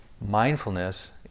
mindfulness